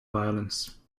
violence